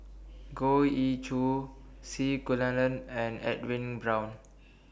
Goh Ee Choo C Kunalan and Edwin Brown